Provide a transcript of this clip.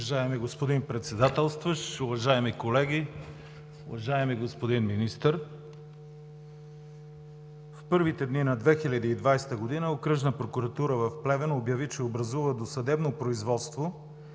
Уважаеми господин Председателстващ, уважаеми колеги! Уважаеми господин Министър, в първите дни на 2020 г. Окръжна прокуратура в Плевен обяви, че образува досъдебно производство